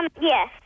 Yes